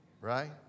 Right